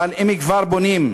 אלא שאם כבר בונים,